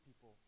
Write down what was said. people